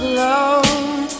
love